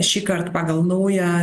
šįkart pagal naują